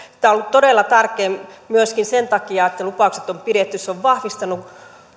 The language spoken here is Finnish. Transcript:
tämä että lupaukset on pidetty on ollut todella tärkeää myöskin sen takia että se on vahvistanut